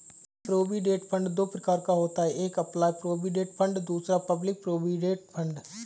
provident fund दो प्रकार का होता है एक एंप्लॉय प्रोविडेंट फंड दूसरा पब्लिक प्रोविडेंट फंड